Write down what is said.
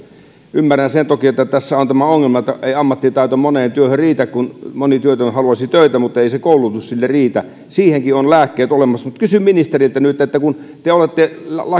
ymmärrän sen toki että tässä on tämä ongelma että ei ammattitaito moneen työhön riitä moni työtön haluaisi töitä mutta ei koulutus siihen riitä siihenkin on lääkkeet olemassa mutta kysyn ministeriltä nyt kun te olette